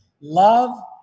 Love